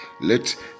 Let